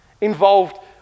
involved